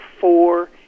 four